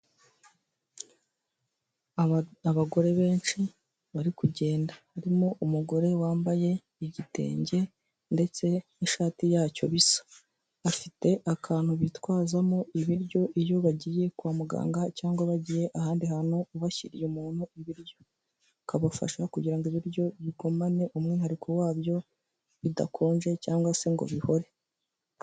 Abagore benshi bari kugenda harimo umugore wambaye igitenge ndetse n'ishati yacyo bisa, afite akantu bitwazamo ibiryo iyo bagiye kwa muganga cyangwa bagiye ahandi hantu ubashyiriye umuntu ibiryo, kabafasha kugira ngo ibiryo bigumane umwihariko wabyo bidakonje cyangwa se ngo bihore.